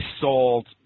sold